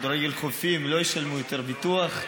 כדורגל חופים לא ישלמו יותר ביטוח,